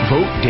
Vote